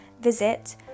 visit